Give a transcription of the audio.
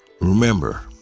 Remember